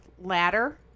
ladder